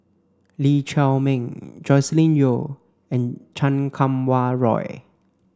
Lee Chiaw Meng Joscelin Yeo and Chan Kum Wah Roy